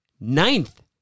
ninth